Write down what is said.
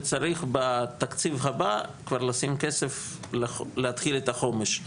וצריך בתקציב הבא כבר לשים כסף להתחיל את החומש.